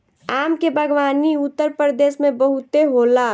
आम के बागवानी उत्तरप्रदेश में बहुते होला